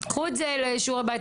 קחו את זה לשיעורי בית,